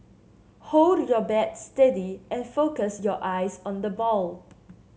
hold your bat steady and focus your eyes on the ball